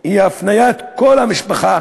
היא הפניית כל המשפחה